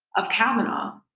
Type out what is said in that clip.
of kavanaugh.